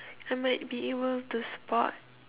I might be able to spot